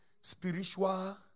spiritual